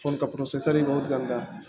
phone کا processor ہی بہت گنگا ہے